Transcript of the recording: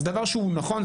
זה דבר שהוא נכון,